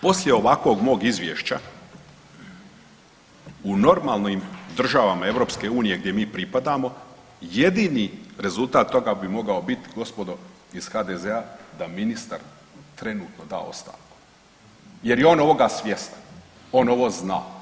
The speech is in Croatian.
Poslije mog ovakvog izvješća u normalnim državama EU gdje mi pripadamo, jedini rezultat toga bi mogao biti, gospodo iz HDZ-a da ministar trenutno da ostavku jer je on ovoga svjestan, on ovo zna.